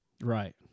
Right